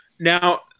Now